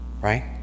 right